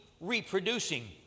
reproducing